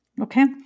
okay